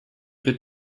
bit